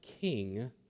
king